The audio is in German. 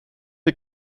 die